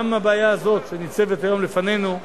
גם הבעיה הזאת, שניצבת היום לפנינו,